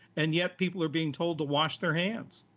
and yet people are being told to wash their hands?